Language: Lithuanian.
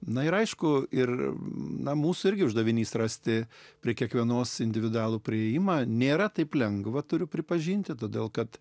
na ir aišku ir namų sargi uždavinys rasti prie kiekvienos individualų priėjimą nėra taip lengva turiu pripažinti todėl kad